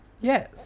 Yes